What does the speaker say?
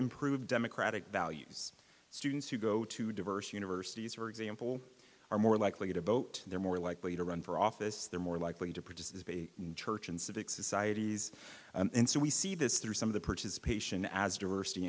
improved democratic values students who go to diverse universities for example are more likely to vote they're more likely to run for office they're more likely to participate in church and civic societies and so we see this through some of the perches patient as diversity